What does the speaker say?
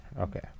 Okay